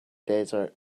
desert